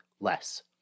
less